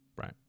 right